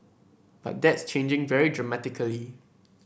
but that's changing very dramatically